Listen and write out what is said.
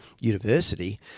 university